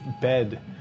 bed